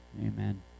amen